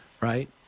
Right